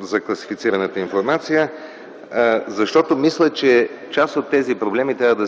по сигурността на информацията, защото мисля, че част от тези проблеми трябва